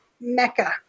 mecca